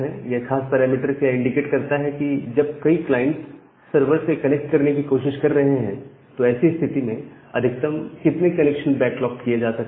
यह खास पैरामीटर यह इंडिकेट करता है कि जब कई क्लाइंट्स सर्वर से कनेक्ट करने की कोशिश कर रहे हैं तो ऐसी स्थिति में अधिकतम कितने कनेक्शन बैकलॉग्ड किए जा सकते हैं